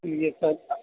yes sir